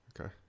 okay